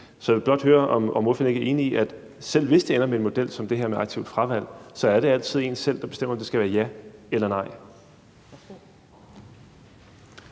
Så jeg vil blot høre, om ordføreren ikke er enig i, at selv hvis det ender med en model som den her med aktivt fravalg, er det altid en selv, der bestemmer, om det skal være et ja eller nej.